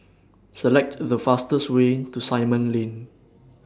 Select The fastest Way to Simon Lane